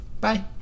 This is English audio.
Bye